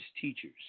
teachers